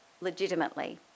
legitimately